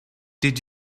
did